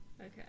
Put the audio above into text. okay